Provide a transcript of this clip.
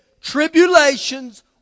tribulations